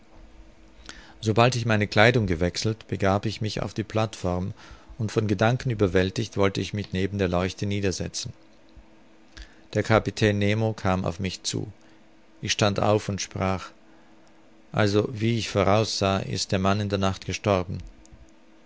sobald ich meine kleidung gewechselt begab ich mich auf die plateform und von gedanken überwältigt wollte ich mich neben der leuchte niedersetzen der kapitän nemo kam auf mich zu ich stand auf und sprach also wie ich voraus sah ist der mann in der nacht gestorben